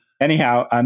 anyhow